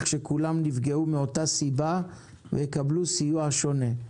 שכולם נפגעו מאותה סיבה ויקבלו סיוע שונה.